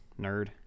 nerd